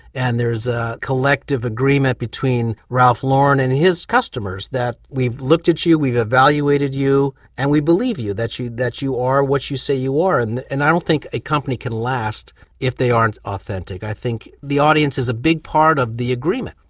and there's a collective agreement between ralph lauren and his customers, that we've looked at you, we've evaluated you and we believe you, that you that you are what you say you are. and and i don't think a company can last if they aren't authentic. i think the audience is a big part of the agreement.